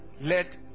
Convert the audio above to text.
Let